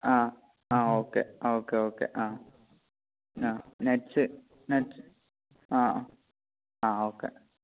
ആ ആ okay okay okay ആ ആ നട്ട്സ് നട്ട്സ് ആ ആ ഒക്കെ